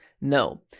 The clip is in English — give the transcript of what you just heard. no